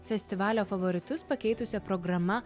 festivalio favoritus pakeitusia programa